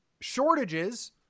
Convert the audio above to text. shortages